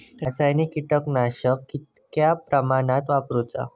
रासायनिक कीटकनाशका कितक्या प्रमाणात वापरूची?